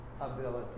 ability